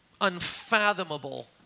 unfathomable